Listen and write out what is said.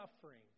suffering